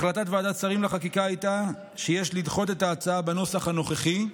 החלטת ועדת שרים לחקיקה הייתה שיש לדחות את ההצעה בנוסח הנוכחי.